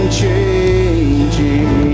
changing